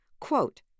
Quote